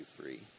free